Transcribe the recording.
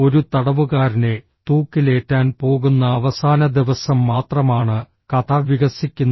ഒരു തടവുകാരനെ തൂക്കിലേറ്റാൻ പോകുന്ന അവസാന ദിവസം മാത്രമാണ് കഥ വികസിക്കുന്നത്